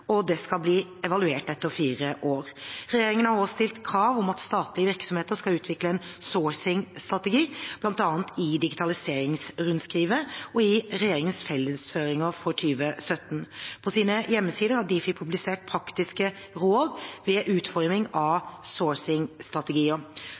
og det skal bli evaluert etter fire år. Regjeringen har også stilt krav om at statlige virksomheter skal utvikle en sourcingstrategi, bl.a. i digitaliseringsrundskrivet og i regjeringens fellesføringer for 2017. På sine hjemmesider har Difi publisert praktiske råd ved utforming av